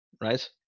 right